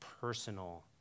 personal